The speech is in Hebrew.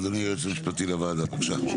אדוני היועץ המשפטי לוועדה, בבקשה.